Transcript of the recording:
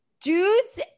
dudes